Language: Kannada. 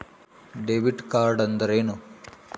ಡೆಬಿಟ್ ಕಾರ್ಡ್ಅಂದರೇನು?